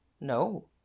No